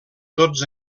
tots